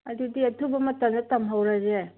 ꯑꯗꯨꯗꯤ ꯑꯊꯨꯕ ꯃꯇꯝꯗ ꯇꯝꯍꯧꯔꯁꯦ